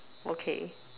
okay